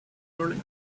early